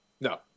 No